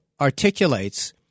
articulates